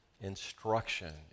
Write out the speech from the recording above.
instruction